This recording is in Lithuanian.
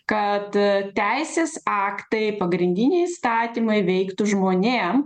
kad teisės aktai pagrindiniai įstatymai veiktų žmonėm